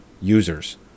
users